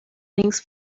links